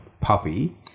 puppy